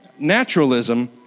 naturalism